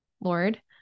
Lord